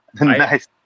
Nice